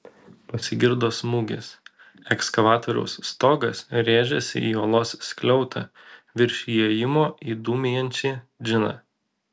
pasigirdo smūgis ekskavatoriaus stogas rėžėsi į olos skliautą virš įėjimo į dūmijančią džiną